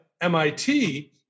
MIT